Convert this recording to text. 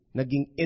naging